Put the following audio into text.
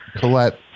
Colette